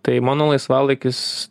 tai mano laisvalaikis